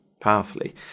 powerfully